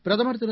பிரதமர் திரு